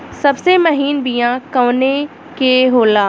सबसे महीन बिया कवने के होला?